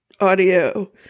audio